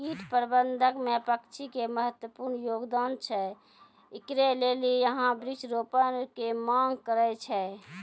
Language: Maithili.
कीट प्रबंधन मे पक्षी के महत्वपूर्ण योगदान छैय, इकरे लेली यहाँ वृक्ष रोपण के मांग करेय छैय?